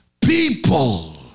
people